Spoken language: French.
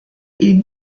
est